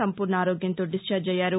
సంపూర్ణ ఆరోగ్యంతో దిశ్చార్జ్ అయ్యారు